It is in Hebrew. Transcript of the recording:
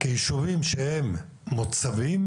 כיישובים שהם מוצבים,